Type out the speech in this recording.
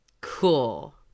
Cool